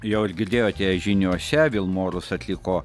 jau ir girdėjote žiniose vilmorus atliko